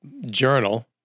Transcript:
journal